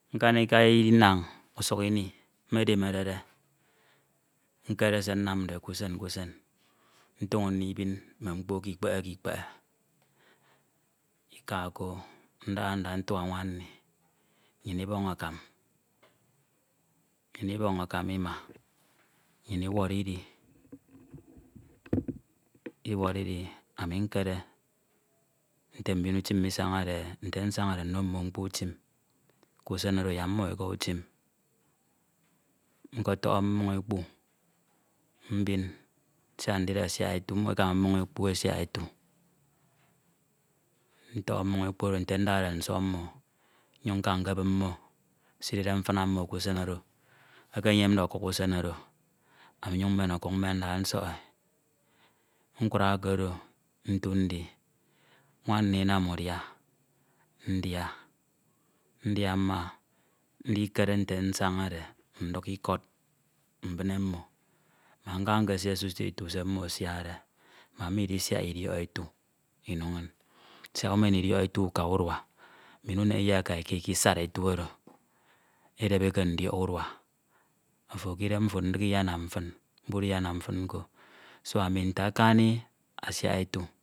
Nkanika inañ usuk ini medemerede ntoño ndikere se nnamde k'usen k'usen ntoño ndibin mme mkpo k'ikpehe k'ikpehe ika ko ndahada ntuak nwan mmi nnyin ibọñ akam, nnyin ibọñ akam ima nnyin iwọrọ idi iwọrọ idi iwọrọ idi ami nkere nte mbin utim isañade nkere nte nsaña nno nmo mkpo utim yak mmo aka utim. Nkọtọhọ mmoñ ekpu siak ndide asiak etu, mmo ekama mmoñ ekpu esiak etu, ntoho mmoñ ekpu oro nte ndade nsọk mmo nnyin nkade nkebup mmo se idide mfina mmo k'usen oro, ami nnyin mme ọkuk mmenda nsọk e nkura ke oro ntu ndi nwan nni inam udia ndia, ndia mma ndikere nte nsañade nduk ikọd mbine mmo mam nka nkesie s'uto ete se mmo asiade make mmo edisiak idiọk ete ino inñ siak umen idiọk etu uka urua mbin unche iye ka ikisad etu oro, edep e ke ndisk urua ofo k'idem mfo ndik iyenam fin, bud iyanam fin nko do ami nte akani asiak ete.